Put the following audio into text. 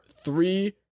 three